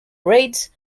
raids